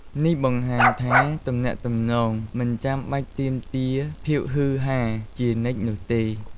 នេះបង្ហាញថា ទំនាក់ទំនងមិនចាំបាច់ទាមទារភាពហ៊ឺហារជានិច្ចនោះទេ។